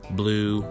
blue